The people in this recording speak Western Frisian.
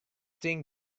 tink